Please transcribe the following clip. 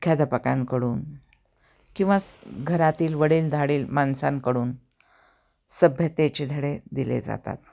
प्राध्यपकांकडून किंवा घरातील वडीलधारी माणसांकडून सभ्यतेचे धडे दिले जातात